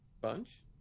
bunch